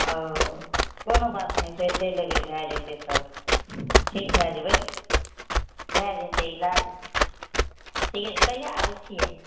ओ कोनो बात नहि छै चइलि अयबै भऽ जेतै सब ठीक भऽ जेबै भऽ जेतै इलाज ठीके छै कहिआ आबै छियै